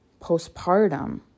postpartum